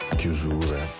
chiusure